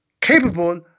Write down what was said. capable